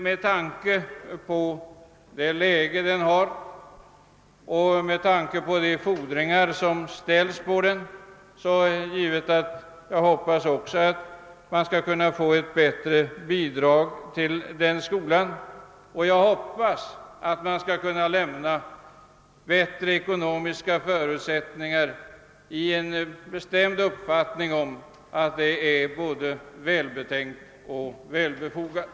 Med tanke på det läge den har och de fordringar som ställs på den hoppas jag att man snart skall kunna få ett bättre bidrag till denna skola, och jag hoppas också att man skall kunna ge den dessa bättre ekonomiska förutsättningar i en bestämd uppfattning om att detta är både välbetänkt och välbefogat.